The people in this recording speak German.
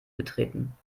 betreten